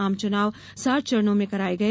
आम चुनाव सात चरणों में करवाए गए